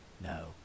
no